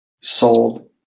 sold